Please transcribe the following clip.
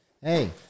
Hey